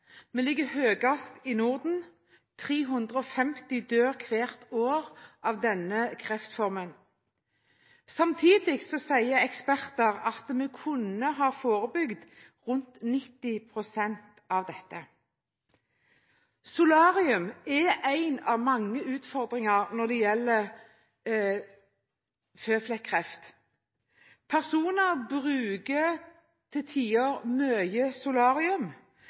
Vi ligger høyest i Norden, 350 dør av denne kreftformen hvert år. Samtidig sier eksperter at vi kunne ha forebygget rundt 90 pst. av dette. Solarium er en av mange utfordringer når det gjelder føflekkreft. Personer bruker til tider mye solarium,